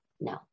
No